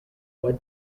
what